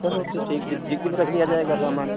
चलो फिर ठीक डिग डिग्गी में रख दिया जाएगा समान